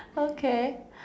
okay